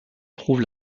trouve